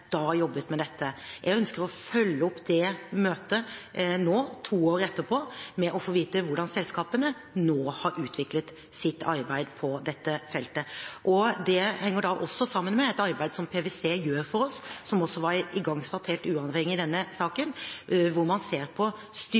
da jobbet med dette. Jeg ønsker å følge opp det møtet nå, to år etterpå, med å få vite hvordan selskapene nå har utviklet sitt arbeid på dette feltet. Det henger da også sammen med et arbeid som PwC gjør for oss, som også var igangsatt helt uavhengig av denne saken, hvor man ser på